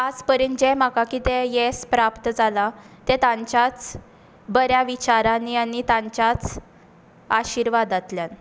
आज पर्यंत जे म्हाका कितें येस प्राप्त जालां तें तांच्याच बऱ्या विचारांनी आनी तांच्याच आशिर्वादांतल्यान